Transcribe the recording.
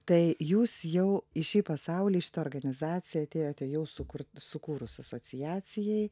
tai jūs jau į šį pasaulį į šitą organizaciją atėjote jau sukurt sukūrus asociacijai